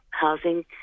Housing